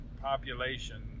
population